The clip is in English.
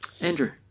Andrew